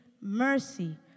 mercy